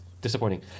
Disappointing